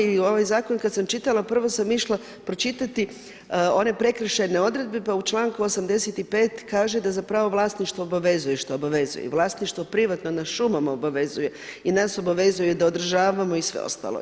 I ovaj zakon kad sam čitala prvo sam išla pročitati one prekršajne odredbe pa u članku 85. kaže da zapravo vlasništvo obavezuje što obavezuje i vlasništvo privatno na šumama obavezuje i nas obavezuje da održavam i sve ostalo.